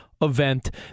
event